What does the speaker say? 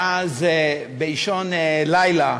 ואז, באישון לילה,